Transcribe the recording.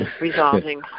resolving